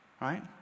right